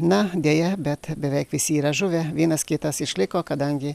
na deja bet beveik visi yra žuvę vienas kitas išliko kadangi